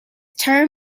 term